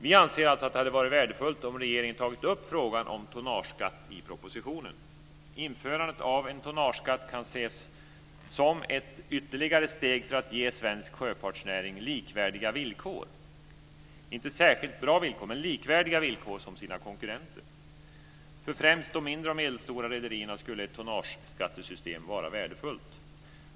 Vi anser alltså att det hade varit värdefullt om regeringen tagit upp frågan om tonnageskatt i propositionen. Införandet av en tonnageskatt kan ses som ett ytterligare steg för att ge svensk sjöfartsnäring likvärdiga villkor - även om det inte är särskilt bra villkor - som sina konkurrenter. För främst de mindre och medelstora rederierna skulle ett tonnageskattesystem vara värdefullt.